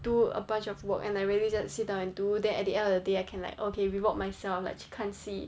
do a bunch of work and I really just sit down and do then at the end of the day I can like okay reward myself like 去看戏